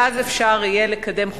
ואז אפשר יהיה לקדם חוקים.